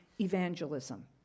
evangelism